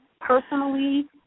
personally